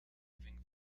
moving